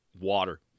water